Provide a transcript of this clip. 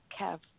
Kev